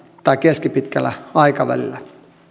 tai keskipitkällä aikavälillä